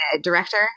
director